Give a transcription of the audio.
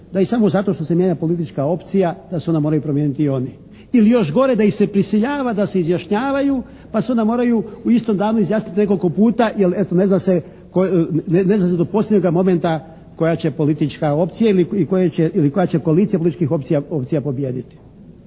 to je samo zato što se mijenja politička opcija da se onda moraju promijeniti i oni. Ili još gore, da ih se prisiljava da se izjašnjavaju pa se onda moraju u istom danu izjasniti nekoliko puta jer eto, ne zna se do posljednjega momenta koja će politika opcija ili koja će koalicija političkih opcija pobijediti.